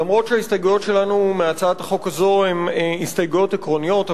אף שההסתייגויות שלנו מהצעת החוק הזו הן הסתייגויות עקרוניות,